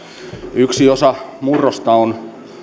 yksi osa murrosta on